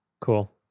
Cool